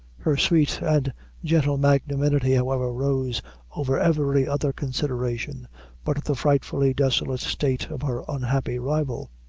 her sweet and gentle magnanimity, however, rose over every other consideration but the frightfully desolate state of her unhappy rival.